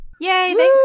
yay